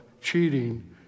cheating